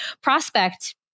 prospect